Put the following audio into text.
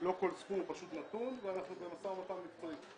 שלא כל סכום הוא פשוט נתון ואנחנו במשא ומתן מקצועי.